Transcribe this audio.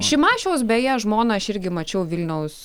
šimašiaus beje žmoną aš irgi mačiau vilniaus